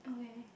okay